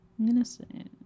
Innocent